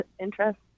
interest